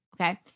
Okay